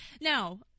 Now